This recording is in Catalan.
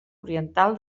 oriental